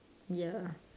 ya